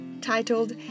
titled